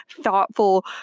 thoughtful